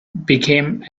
became